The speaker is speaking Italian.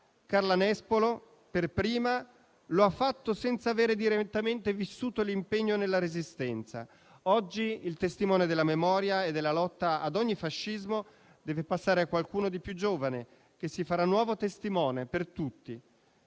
Carla Nespolo per prima lo ha fatto senza avere direttamente vissuto l'impegno nella Resistenza. Oggi il testimone della memoria e della lotta ad ogni fascismo deve passare a qualcuno di più giovane, che si farà nuovo testimone per tutti.